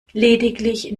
lediglich